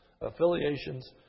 affiliations